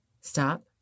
stop